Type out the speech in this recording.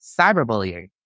cyberbullying